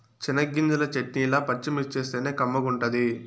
చెనగ్గింజల చెట్నీల పచ్చిమిర్చేస్తేనే కమ్మగుంటది